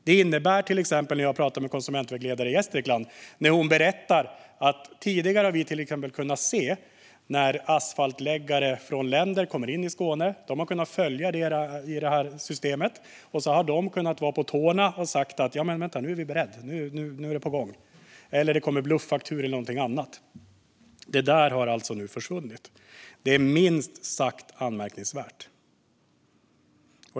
Det innebär till exempel, berättar konsumentvägledare i Gästrikland som jag pratar med, att man tidigare har kunnat se till exempel när asfaltläggare från andra länder kommer till Skåne. Man har kunnat följa detta i systemet för att kunna vara på tårna och säga: Vi är beredda; nu är det på gång. Det kan också handla om att det kommer bluffakturor eller något annat. Detta har alltså nu försvunnit - det är minst sagt anmärkningsvärt.